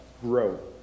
grow